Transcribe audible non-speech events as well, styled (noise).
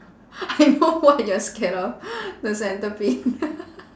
I know what you're scared of the centipede (laughs)